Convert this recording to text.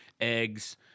eggs